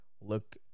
Look